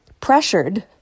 pressured